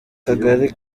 kagari